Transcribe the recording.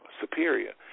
superior